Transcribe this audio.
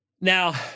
Now